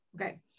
Okay